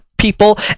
People